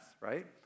right